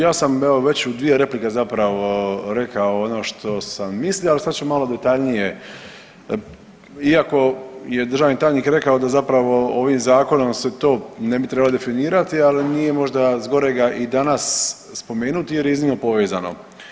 Ja sam evo već u dvije replike zapravo rekao ono što sam mislio, ali sad ću malo detaljnije iako je državni tajnik rekao da zapravo ovim zakonom se to ne bi trebalo definirati, ali nije možda zgorega i danas spomenuti jer je iznimno povezano.